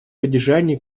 поддержание